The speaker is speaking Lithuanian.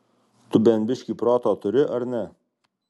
tu bent biškį proto turi ar ne